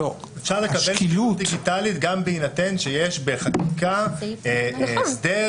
אפשר לקבל שקילות דיגיטלית גם בהינתן שיש בחקיקה הסדר